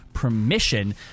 permission